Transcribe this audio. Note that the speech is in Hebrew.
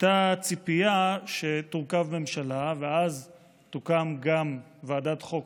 הייתה ציפייה שתורכב הממשלה ואז תוקם גם ועדת החוקה,